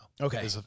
Okay